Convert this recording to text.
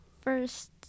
first